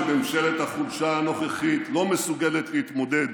שממשלת החולשה הנוכחית לא מסוגלת להתמודד